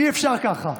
אי-אפשר ככה.